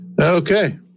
Okay